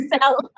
sell